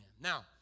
Now